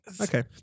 Okay